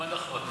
מה נכון?